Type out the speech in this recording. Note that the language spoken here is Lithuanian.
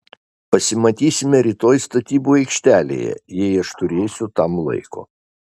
pasimatysime rytoj statybų aikštelėje jei aš turėsiu tam laiko